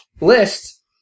list